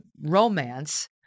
romance